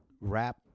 rap